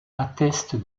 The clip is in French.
atteste